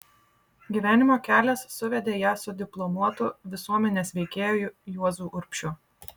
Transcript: gyvenimo kelias suvedė ją su diplomuotu visuomenės veikėju juozu urbšiu